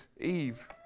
Eve